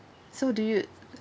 so do you